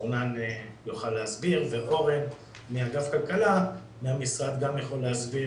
אורנן יוכל להסביר וגם אורן מאגף הכלכלה יכול להסביר.